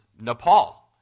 Nepal